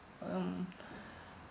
mm